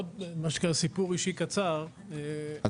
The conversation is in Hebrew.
אני